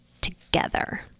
together